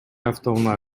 автоунаа